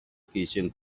kitchen